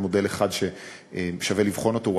זה מודל אחד ששווה לבחון אותו.